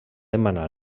demanar